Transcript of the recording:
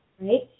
right